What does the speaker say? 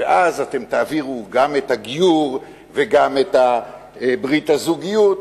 ואז אתם תעבירו גם את הגיור וגם את ברית הזוגיות,